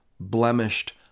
blemished